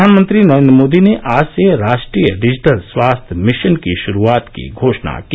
प्रधानमंत्री नरेन्द्र मोदी ने आज से राष्ट्रीय डिजिटल स्वास्थ्य मिशन की शुरूआत की घोषणा की